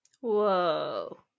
Whoa